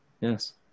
Yes